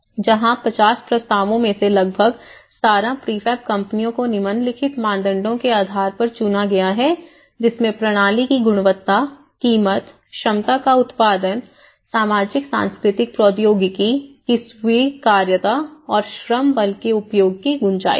जहां 50 प्रस्तावों में से लगभग 17 प्रीफैब कंपनियों को निम्नलिखित मानदंडों के आधार पर चुना गया है जिसमें प्रणाली की गुणवत्ता कीमत क्षमता का उत्पादन सामाजिक सांस्कृतिक प्रौद्योगिकी की स्वीकार्यता और श्रम बल के उपयोग की गुंजाइश है